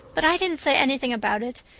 but i didn't say anything about it,